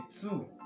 two